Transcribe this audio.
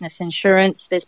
insurance